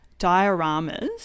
dioramas